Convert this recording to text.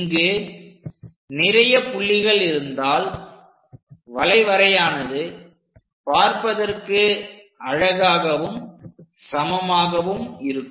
இங்கு நிறைய புள்ளிகள் இருந்தால் வளைவரையானது பார்ப்பதற்கு அழகாகவும் சமமாகவும் இருக்கும்